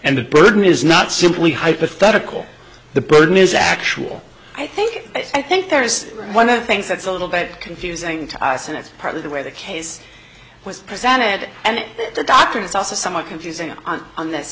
and the burden is not simply hypothetical the burden is actual i think i think there is one of the things that's a little bit confusing to us and it's partly the way the case was presented and the doctor is also somewhat confusing on on th